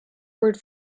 word